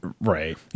Right